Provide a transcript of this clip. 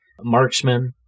marksman